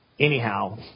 Anyhow